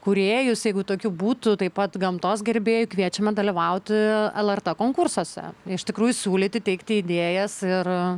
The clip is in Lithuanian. kūrėjus jeigu tokių būtų taip pat gamtos gerbėjai kviečiame dalyvauti lrt konkursuose iš tikrųjų siūlyti teikti idėjas ir